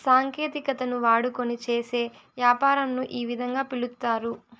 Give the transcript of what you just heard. సాంకేతికతను వాడుకొని చేసే యాపారంను ఈ విధంగా పిలుస్తారు